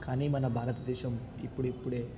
కానీ మన భారతదేశం ఇప్పుడిప్పుడే